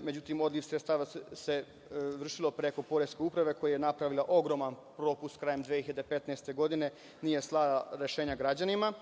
međutim, odliv sredstava se vršio preko Poreske uprave, koja je napravila ogroman propust krajem 2015. godine, nije slala rešenja građanima.